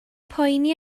poeni